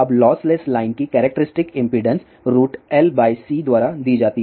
अब lossless line की characteristic impedance LC द्वारा दी जाती